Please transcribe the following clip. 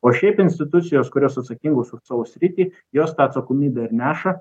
o šiaip institucijos kurios atsakingos už savo sritį jos tą atsakomybę ir neša